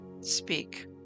speak